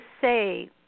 say